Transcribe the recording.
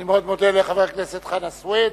אני מאוד מודה לחבר הכנסת חנא סוייד,